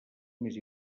més